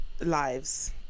lives